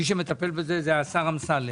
מי שמטפל בזה זה השר אמסלם.